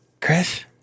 Chris